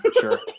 Sure